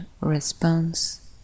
response